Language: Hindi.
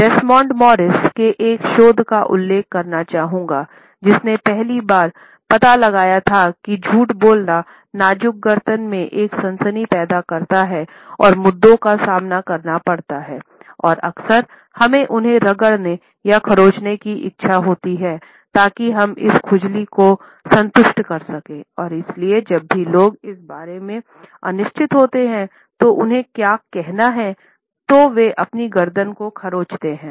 डेसमंड मॉरिस के एक शोध का उल्लेख करना चाहूँगा जिसने पहली बार पता लगाया था कि झूठ बोलना नाज़ुक गर्दन में एक सनसनी पैदा करता है और मुद्दों का सामना करना पड़ता है और अक्सर हमें उन्हें रगड़ने या खरोंचने की इच्छा होती है ताकि हम इस खुजली को संतुष्ट कर सकें और इसलिए जब भी लोग इस बारे में अनिश्चित होते हैं कि उन्हें क्या कहना है तो वे अपनी गर्दन को खरोंचते हैं